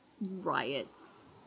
riots